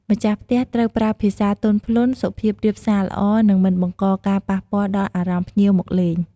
ម្ចាស់ផ្ទះត្រូវប្រើភាសាទន់ភ្លន់ សុភាពរាបសាល្អ និងមិនបង្ករការប៉ះពាល់ដល់អារម្មណ៍ភ្ញៀវមកលេង។